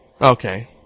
Okay